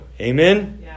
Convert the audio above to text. Amen